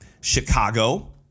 Chicago